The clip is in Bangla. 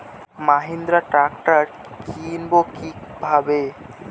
মাহিন্দ্রা ট্র্যাক্টর কিনবো কি ভাবে?